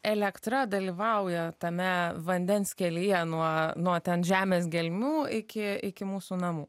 elektra dalyvauja tame vandens kelyje nuo nuo ten žemės gelmių iki iki mūsų namų